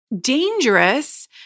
dangerous